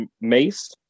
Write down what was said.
Mace